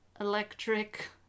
electric